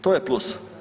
To je plus.